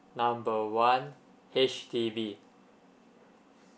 number one H_D_B